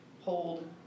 hold